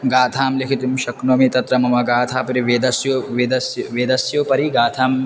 गाथां लिखितुं शक्नोमि तत्र मम गाथापि रि वेदस्यो वेदस्य वेदस्योपरि गाथाम्